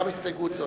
גם הסתייגות זו